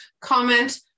comment